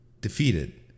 defeated